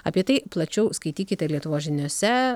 apie tai plačiau skaitykite lietuvos žiniose